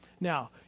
Now